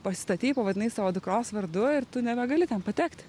pastatei pavadinai savo dukros vardu ir tu nebegali ten patekti